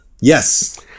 Yes